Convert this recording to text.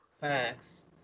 Facts